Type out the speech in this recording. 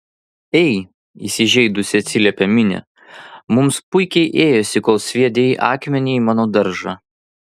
ei įsižeidusi atsiliepė minė mums puikiai ėjosi kol sviedei akmenį į mano daržą